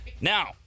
Now